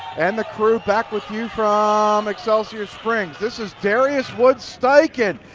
and the crew back with you from excelsior springs. this is darius woods-steichen.